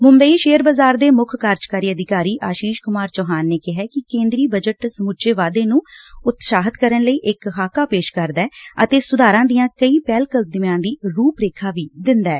Mumbai share ਬਾਜ਼ਾਰ ਦੇ ਮੁੱਖ ਕਾਰਜਕਾਰੀ ਅਧਿਕਾਰੀ ਆਸ਼ੀਸ਼ ਕੁਮਾਰ ਚੌਹਾਨ ਨੇ ਕਿਹਾ ਕਿ ਕੇਂਦਰੀ ਬਜਟ ਸਮੁੱਚੇ ਵਾਧੇ ਨੂੰ ਉਤਸ਼ਾਹਿਤ ਕਰਨ ਲਈ ਇਕ ਖਾਕਾ ਪੇਸ਼ ਕਰਦਾ ਐ ਅਤੇ ਸੁਧਾਰਾਂ ਦੀਆਂ ਕਈ ਪਹਿਲਕਦਮੀਆਂ ਦੀ ਰੂਪਰੇਖਾ ਵੀ ਦਿੰਦਾ ਐ